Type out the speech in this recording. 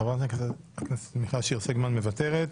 חברת הכנסת מיכל שיר סגמן מוותרת.